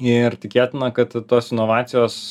ir tikėtina kad tos inovacijos